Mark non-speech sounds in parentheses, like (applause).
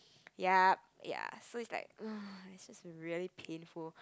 yup ya so it's like (noise) it's just really painful